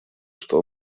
что